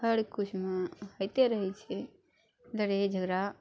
हर किछुमे होइते रहै छै लड़ाइये झगड़ा